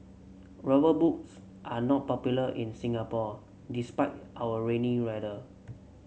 rubber boots are not popular in Singapore despite our rainy weather